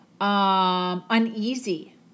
uneasy